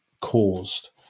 caused